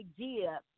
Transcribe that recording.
idea